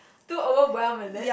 too over warm is it